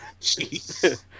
Jeez